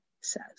says